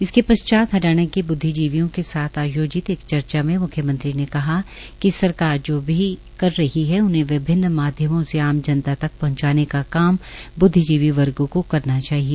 इसके पश्चात हरियाणा के ब्द्विजीवियों के साथ आयोजित एक चर्चा में म्ख्यमंत्री ने कहा कि सरकार जो भी की रही है उन्हें विभन्न माध्यमो से आम जनता तक पहुंचाने का काम ब्द्विजीवी वर्ग को करना चाहिए